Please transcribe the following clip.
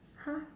!huh!